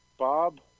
Bob